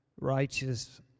righteous